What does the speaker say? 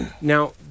Now